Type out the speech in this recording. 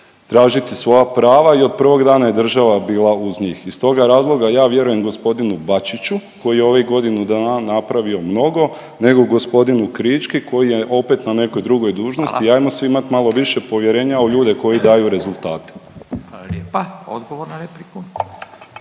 tražiti svoja prava i od prvog dana je država bila uz njih. Iz toga razloga ja vjerujem gospodinu Bačiću koji je u ovih godinu dana napravio mnogo nego gospodinu Krički koji je opet na nekoj drugoj dužnosti. …/Upadica Radin: Hvala./… i ajmo svi imat malo više povjerenja u ljude koji daju rezultate. **Radin, Furio